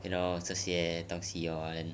you know 这些东西哦 and then